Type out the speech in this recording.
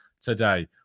today